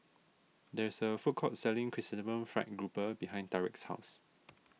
there is a food court selling Chrysanthemum Fried Grouper behind Tariq's house